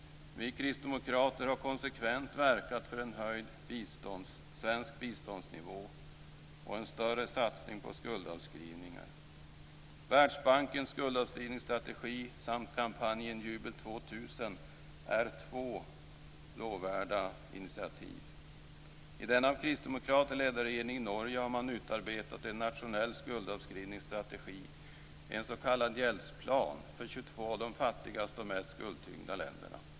Vi kristdemokrater har konsekvent verkat för en höjd svensk biståndsnivå och en större satsning på skuldavskrivningar. Världsbankens skuldavskrivningsstrategi samt kampanjen Jubel 2000 är två lovvärda initiativ. I den av kristdemokrater ledda regeringen i Norge har man utarbetat en nationell skuldavskrivningsstrategi, en s.k. gjeldsplan, för 22 av de fattigaste och mest skuldtyngda länderna.